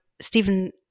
Stephen